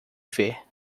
ver